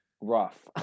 rough